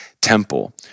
temple